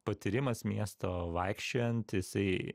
patyrimas miesto vaikščiojant jisai